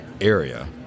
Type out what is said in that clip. area